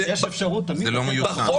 זה לא מיושם.